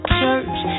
church